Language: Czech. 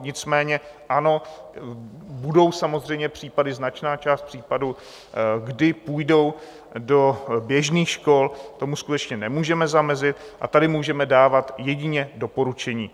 Nicméně ano, budou samozřejmě případy, značná část případů, kdy půjdou do běžných škol, tomu skutečně nemůžeme zamezit a tady můžeme dávat jedině doporučení.